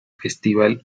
festival